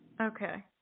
Okay